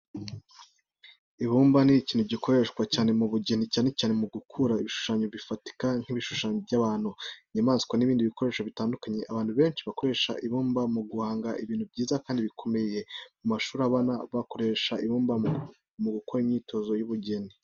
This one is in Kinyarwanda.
Ibumba ni ikintu gikoreshwa cyane mu bugeni, cyane cyane mu gukora ibishushanyo bifatika nk'ibishushanyo by'abantu, inyamaswa n'ibindi bikoresho bitandukanye. Abantu benshi bakoresha ibumba mu guhanga ibintu byiza, kandi bikomeye. Mu mashuri abana bakoresha ibumba mu gukora imyitozo y'ubugeni.